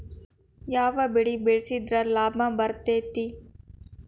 ಯಾವ ಬೆಳಿ ಬೆಳ್ಸಿದ್ರ ಲಾಭ ಬರತೇತಿ?